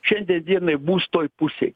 šiandie dienai bus toj pusėj